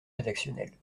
rédactionnels